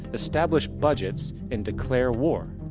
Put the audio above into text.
establish budgets and declare war.